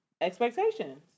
expectations